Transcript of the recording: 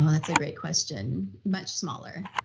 um that's a great question much smaller,